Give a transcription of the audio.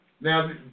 Now